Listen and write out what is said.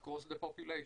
across the population.